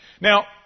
Now